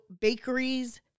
bakeries